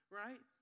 right